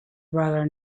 brother